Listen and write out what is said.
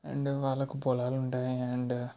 and వాళ్ళకి పొలాలు ఉంటాయి అండ్